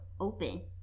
open